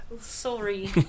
Sorry